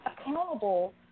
accountable